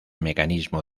mecanismo